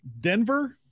Denver